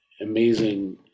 amazing